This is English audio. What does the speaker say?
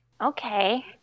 Okay